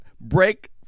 break